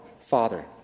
father